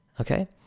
okay